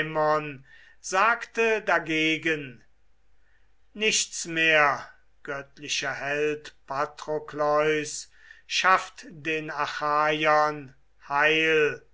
sagte dagegen nichts mehr göttlicher held patrokleus schafft den achaiern heil